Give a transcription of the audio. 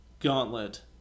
gauntlet